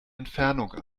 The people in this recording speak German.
entfernung